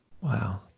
Wow